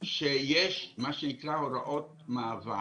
שיש את מה שנקרא 'הוראות מעבר'